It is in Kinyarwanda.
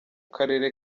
karere